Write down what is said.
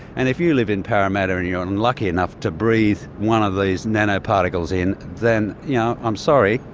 and if you live in parramatta and you're and unlucky enough to breathe one of these nanoparticles in, then yeah i'm sorry,